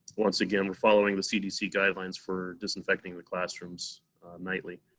once again, we're following the cdc guidelines for disinfecting the classrooms nightly.